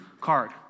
card